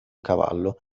cavallo